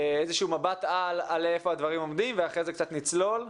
מבט על איפה הדברים עומדים ואחרי זה קצת נצלול.